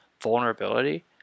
vulnerability